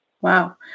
Wow